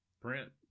print